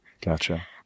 Gotcha